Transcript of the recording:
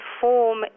form